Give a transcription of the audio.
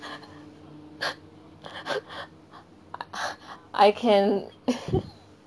I can